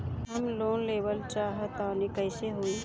हम लोन लेवल चाह तानि कइसे होई?